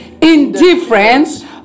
indifference